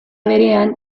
berean